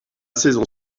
saison